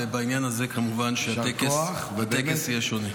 ובעניין הזה כמובן שהטקס יהיה שונה.